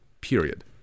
period